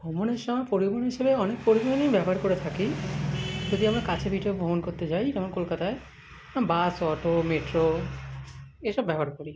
ভ্রমণের সময় পরিবহন হিসেবে অনেক পরিবহনই ব্যবহার করে থাকি যদি আমরা কাছে পিঠে ভ্রমণ করতে যাই যেমন কলকাতায় বাস অটো মেট্রো এসব ব্যবহার করি